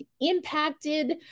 impacted